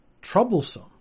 troublesome